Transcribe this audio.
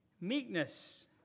Meekness